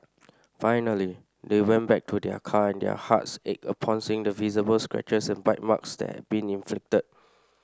finally they went back to their car and their hearts ached upon seeing the visible scratches and bite marks that had been inflicted